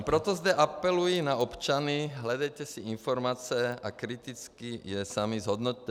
A proto zde apeluji na občany: Hledejte si informace a kriticky je sami zhodnoťte.